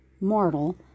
mortal